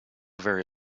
very